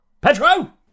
Pedro